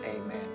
amen